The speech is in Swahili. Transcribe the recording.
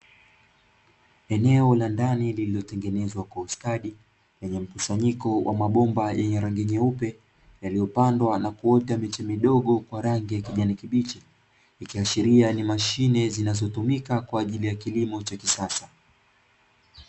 Eneo la ndani lililotengenezwa kwa ustadi lenye mkusanyiko wa mabomba yenye rangi nyeupe, yaliyopandwa na kuota miche midogo kwa rangi ya kijani kibichi, ikiashiria ni mashine zinazotumika kwa ajili ya kilimo cha kisasa.